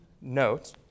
note